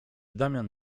damian